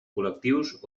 col·lectius